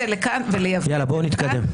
יאללה בוא נתקדם.